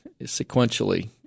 sequentially